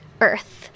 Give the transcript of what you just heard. earth